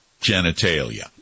genitalia